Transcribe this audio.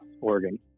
Oregon